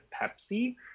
Pepsi